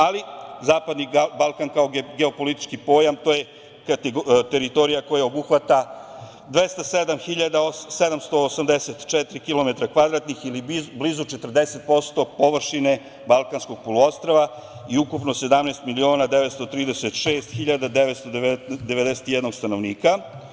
Ali, Zapadni Balkan, kao geopolitički pojam, to je teritorija koja obuhvata 207.784 kilometara kvadratnih ili blizu 40% površine Balkanskog poluostrva i ukupno 17.936.991 stanovnika.